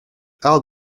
i’ll